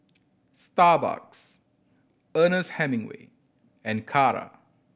Starbucks Ernest Hemingway and Kara